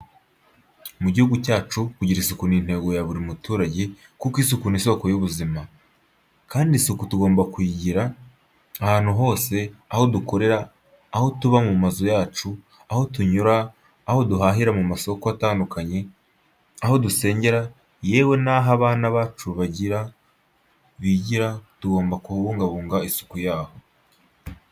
Mu gihugu cyacu kugira isuku ni intego ya buri muturage kuko isuku ni isoko y'ubuzima, kandi isuku tugomba kuyigira ahantu hose aho dukorera, aho tuba mu mazu yacu, aho tunyura, aho duhahira mu masoko atandukanye, aho dusengera yewe naho abana bacu bigira tugomba kubungabunga isuku yaho.